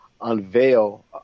unveil